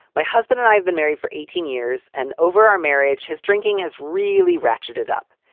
my husband and i have been married for eighteen years and over our marriage his drinking has really ratcheted up.